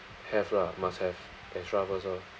have lah must have extra first orh